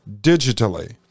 digitally